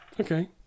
Okay